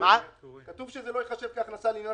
את האפשרות לקצר זמנים לעוסק עם מחזור עד 1.5 מיליון